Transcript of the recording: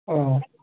آ